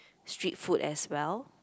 street food as well